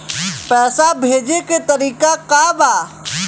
पैसा भेजे के तरीका का बा?